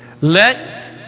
let